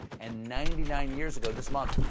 and ninety nine years ago this month,